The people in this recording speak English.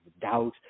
doubt